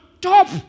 top